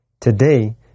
Today